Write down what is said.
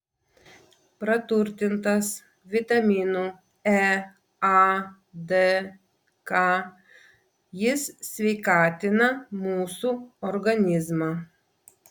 praturtintas vitaminų e a d k jis sveikatina mūsų organizmą